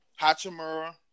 Hachimura